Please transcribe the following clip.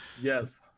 yes